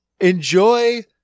Enjoy